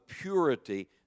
purity